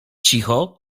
cicho